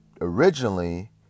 Originally